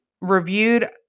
reviewed